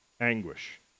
anguish